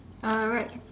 oh right